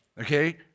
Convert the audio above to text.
okay